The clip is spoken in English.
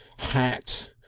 hat!